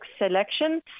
selection